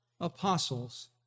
apostles